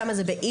כמה זה בעיר.